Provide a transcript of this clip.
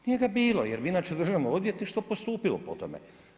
Nije ga bilo jer bi inače Državno odvjetništvo postupilo po tome.